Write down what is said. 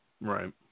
Right